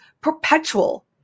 perpetual